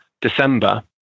december